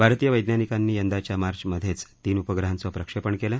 भारतीय वैज्ञानिकांनी यंदाच्या मार्चमध्येच तीन उपग्रहांचं प्रक्षेपण केलं